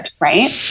right